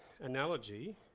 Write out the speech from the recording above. analogy